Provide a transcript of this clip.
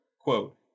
Quote